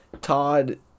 Todd